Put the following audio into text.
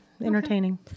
Entertaining